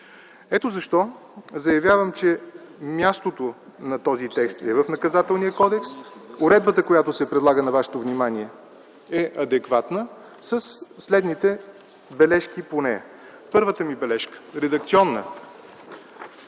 Ето защо заявявам, че мястото на този текст е в Наказателния кодекс. Уредбата, която се предлага на вашето внимание, е адекватна със следните бележки по нея. Първата ми бележка е редакционна.